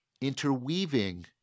interweaving